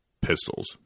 pistols